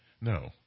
No